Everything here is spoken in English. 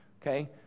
Okay